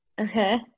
okay